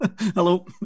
Hello